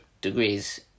degrees